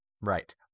Right